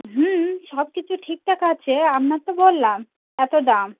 হুম সব কিছু ঠিকঠাক আছে আপনার তো বললাম এতো দাম